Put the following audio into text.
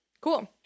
Cool